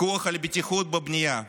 פיקוח על בטיחות בבנייה.